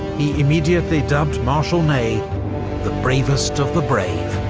he immediately dubbed marshal ney the bravest of the brave.